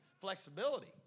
flexibility